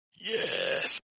Yes